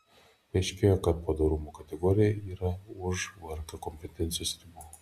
paaiškėjo kad padorumo kategorija yra už vrk kompetencijos ribų